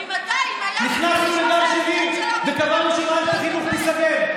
להביא שלום נהיה עסקה אפלה.